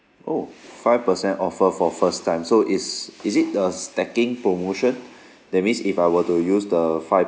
oh five percent offer for first time so is is it a stacking promotion that means if I were to use the five